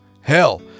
Hell